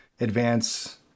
advance